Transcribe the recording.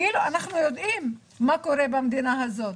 אנחנו יודעים מה קורה במדינה הזאת,